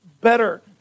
better